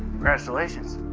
congratulations.